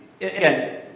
again